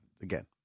again